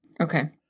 Okay